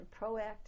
proactive